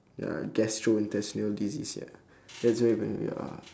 ya gastro intestinal disease